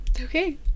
Okay